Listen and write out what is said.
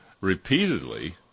repeatedly